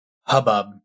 hubbub